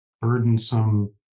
burdensome